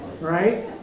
Right